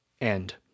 end